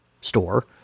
store